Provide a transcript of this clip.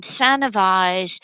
incentivize